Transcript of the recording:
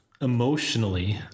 emotionally